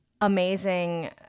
amazing